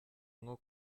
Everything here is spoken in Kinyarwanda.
nko